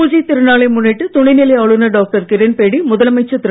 பூஜை திருநாளை முன்னிட்டு துணைநிலை ஆளுநர் டாக்டர் கிரண்பேடி முதலமைச்சர் திரு